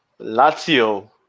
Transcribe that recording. Lazio